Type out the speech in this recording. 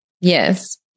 Yes